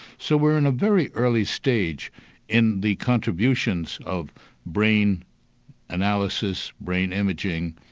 so we're in a very early stage in the contributions of brain analysis, brain imaging,